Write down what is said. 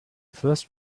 first